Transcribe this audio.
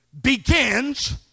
begins